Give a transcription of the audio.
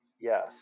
Yes